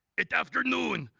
it afternoon.